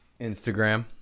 Instagram